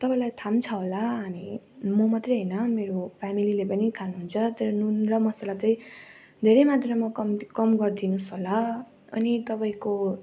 तपाईँलाई थाह पनि छ होला हामी म मात्रै होइन मेरो फेमिलीले पनि खानुहुन्छ तर नुन र मसाला चाहिँ धेरै मात्रामा कम्ती कम गरिदिनुहोस् होला अनि तपाईँको